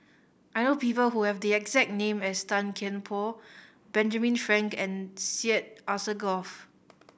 I know people who have the exact name as Tan Kian Por Benjamin Frank and Syed Alsagoff